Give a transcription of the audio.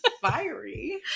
Fiery